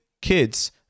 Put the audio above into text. kids